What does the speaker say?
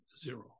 zero